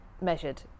measured